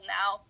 now